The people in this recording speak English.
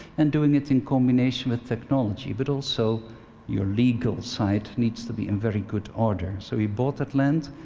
and doing it in combination with technology. but also your legal side needs to be in very good order. so we bought that land,